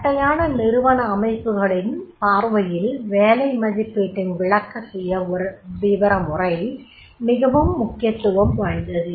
தட்டையான நிறுவன அமைப்புகளின் பார்வையில் வேலை மதிப்பீட்டின் விளக்கப்பட சுயவிவர முறை மிகவும் முக்கியத்துவம் வாய்ந்தது